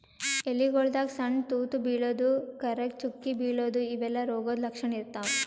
ಎಲಿಗೊಳ್ದಾಗ್ ಸಣ್ಣ್ ತೂತಾ ಬೀಳದು, ಕರ್ರಗ್ ಚುಕ್ಕಿ ಬೀಳದು ಇವೆಲ್ಲಾ ರೋಗದ್ ಲಕ್ಷಣ್ ಇರ್ತವ್